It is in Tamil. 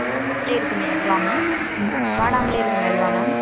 ம் வாடாமலேயே இருக்கும் அதுவா மேம் வாடாமலேயே இருக்கும் அதுவா மேம்